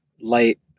light